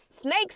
snakes